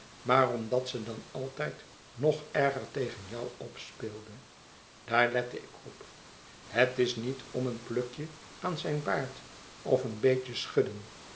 maar omdat ze dan altijd nog erger tegen jou opspeelde daar lette ik op het is niet om een plukjeaan zijn baard of eenbeetjeschudden